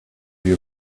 your